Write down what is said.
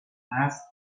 más